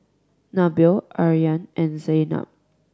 Nabil Aryan and Zaynab